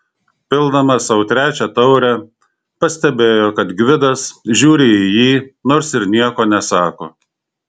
pildamas sau trečią taurę pastebėjo kad gvidas žiūri į jį nors ir nieko nesako